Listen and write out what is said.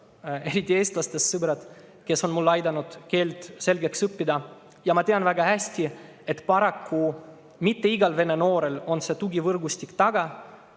eriti eestlastest sõbrad, kes on mul aidanud keele selgeks õppida. Ma tean väga hästi, et paraku mitte igal vene noorel ei ole sellist tugivõrgustikku taga.